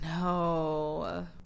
no